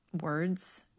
words